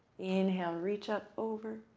inhale, reach up over,